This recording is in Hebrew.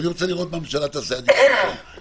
ואני רוצה לראות מה הממשלה תעשה עד יום ראשון.